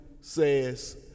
says